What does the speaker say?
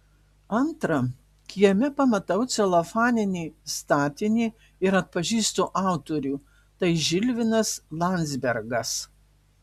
antra kieme pamatau celofaninį statinį ir atpažįstu autorių tai žilvinas landzbergas